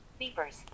Beepers